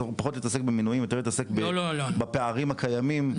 פחות להתעסק במינויים ויותר להתעסק בפערים הכלכליים.